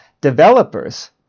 developers